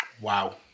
Wow